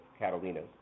Catalinas